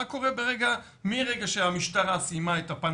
מה קורה מרגע שהמשטרה סיימה את הפן